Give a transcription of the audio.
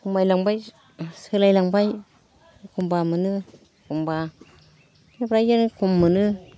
खमायलांबाय सोलायलांबाय एखमबा मोनो एखमबा बैफोरबादिनो खम मोनो